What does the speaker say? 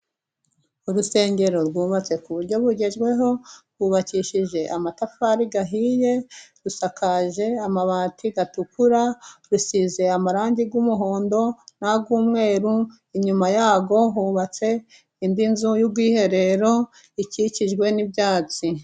Urusengero rwubatse ku buryo bugezweho, rwubakishije amatafari ahiye, rusakaje amabati atukura, rusize amarangi Y'umuhondo nay'umweru, inyuma ya rwo hubatse indi nzu y'ubwiherero ikikijwe n'ibyatsi.